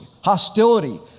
hostility